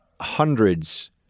hundreds